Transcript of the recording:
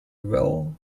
well